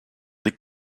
des